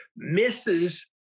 Misses